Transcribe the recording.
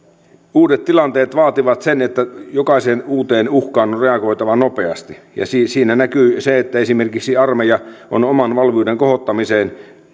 uudet tilanteet vaativat sen että jokaiseen uuteen uhkaan on reagoitava nopeasti siinä näkyy se että esimerkiksi armeija on oman valmiuden kohottamiseen